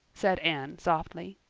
said anne softly.